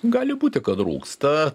gali būti kad rūgsta